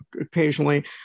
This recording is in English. occasionally